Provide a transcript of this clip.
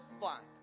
blind